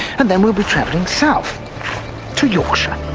and then we'll be travelling south to yorkshire.